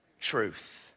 truth